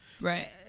Right